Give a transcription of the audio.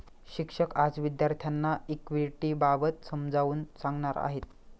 शिक्षक आज विद्यार्थ्यांना इक्विटिबाबत समजावून सांगणार आहेत